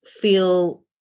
feel